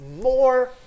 more